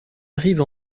arrive